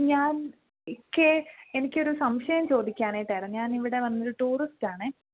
ഞാൻ ഇക്കേ എനിക്കൊരു സംശയം ചോദിക്കാനായിട്ടായിരുന്നു ഞാൻ ഇവിടെ വന്നൊരു ടൂറിസ്റ്റ് ആണേ